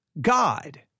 God